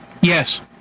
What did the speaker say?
Yes